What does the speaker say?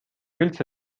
üldse